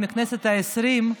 עוד מהכנסת העשרים,